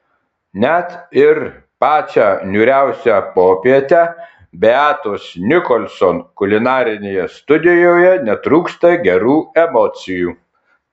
net ir pačią niūriausią popietę beatos nicholson kulinarinėje studijoje netrūksta gerų emocijų